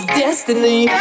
destiny